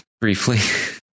briefly